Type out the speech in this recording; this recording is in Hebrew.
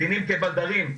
קטינים כבלדרים,